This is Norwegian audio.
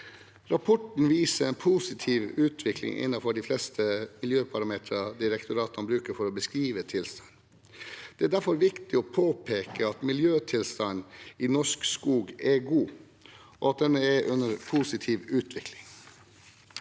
Rapporten viser en positiv utvikling innenfor de fleste miljøparameterne direktoratene bruker for å beskrive tilstanden. Det er derfor viktig å påpeke at miljøtilstanden i norsk skog er god, og at den er under positiv utvikling.